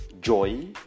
joy